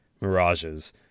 Mirages